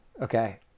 okay